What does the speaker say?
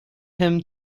him